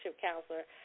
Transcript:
counselor